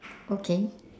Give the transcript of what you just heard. okay